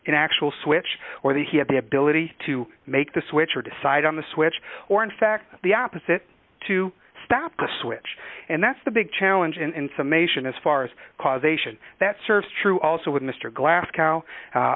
in actual switch whether he had the ability to make the switch or decide on the switch or in fact the opposite to stop the switch and that's the big challenge and in summation as far as causation that serves true also with mr glas